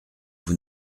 vous